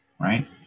Right